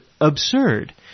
absurd